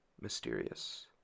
mysterious